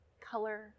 color